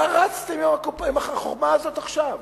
מה רצתם עם החוכמה הזאת עכשיו?